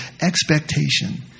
expectation